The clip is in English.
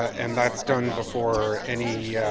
and that's done before any